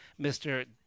mr